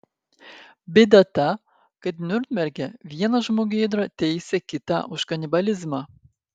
bėda ta kad niurnberge vienas žmogėdra teisė kitą už kanibalizmą